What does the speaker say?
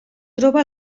troba